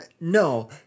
No